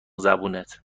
زبونت